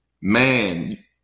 Man